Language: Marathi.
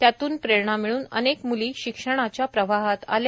त्यातून प्रेरणा मिळून अनेक म्ली शिक्षणाच्या प्रवाहात आल्या